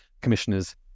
commissioners